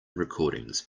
recordings